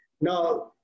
Now